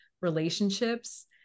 relationships